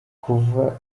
kuva